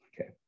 Okay